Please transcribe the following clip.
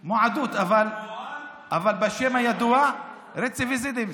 מועדות, אבל בשם הידוע "רצידיביזם".